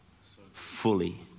fully